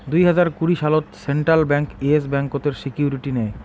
দুই হাজার কুড়ি সালত সেন্ট্রাল ব্যাঙ্ক ইয়েস ব্যাংকতের সিকিউরিটি নেয়